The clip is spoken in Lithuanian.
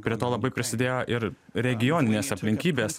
prie to labai prisidėjo ir regioninės aplinkybės